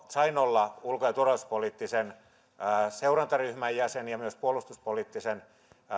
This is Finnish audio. sain olla ulko ja turvallisuuspoliittisen seurantaryhmän jäsen ja myös puolustuspoliittisen